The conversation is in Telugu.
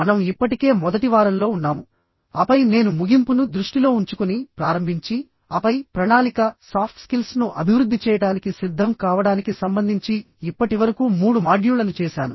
మనం ఇప్పటికే మొదటి వారంలో ఉన్నాము ఆపై నేను ముగింపును దృష్టిలో ఉంచుకుని ప్రారంభించి ఆపై ప్రణాళిక సాఫ్ట్ స్కిల్స్ ను అభివృద్ధి చేయడానికి సిద్ధం కావడానికి సంబంధించి ఇప్పటివరకు మూడు మాడ్యూళ్ళను చేసాను